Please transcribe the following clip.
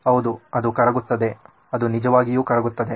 ಹೌದು ಅದು ಕರಗುತ್ತದೆ ಅದು ನಿಜವಾಗಿಯೂ ಕರಗುತ್ತದೆ